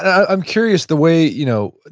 i'm curious, the way you know